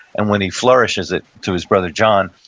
and when he flourishes it to his brother john,